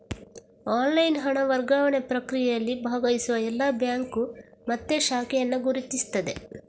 online ಹಣ ವರ್ಗಾವಣೆ ಪ್ರಕ್ರಿಯೆಯಲ್ಲಿ ಭಾಗವಹಿಸುವ ಎಲ್ಲಾ ಬ್ಯಾಂಕು ಮತ್ತೆ ಶಾಖೆಯನ್ನ ಗುರುತಿಸ್ತದೆ